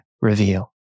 reveal